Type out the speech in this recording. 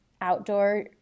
outdoor